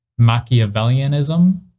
machiavellianism